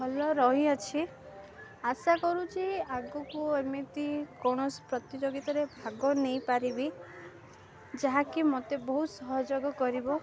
ଭଲ ରହିଅଛି ଆଶା କରୁଛି ଆଗକୁ ଏମିତି କୌଣସି ପ୍ରତିଯୋଗିତାରେ ଭାଗ ନେଇପାରିବି ଯାହାକି ମୋତେ ବହୁତ ସହଯୋଗ କରିବ